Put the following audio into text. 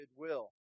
goodwill